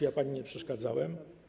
Ja pani nie przeszkadzałem.